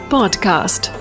Podcast